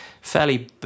fairly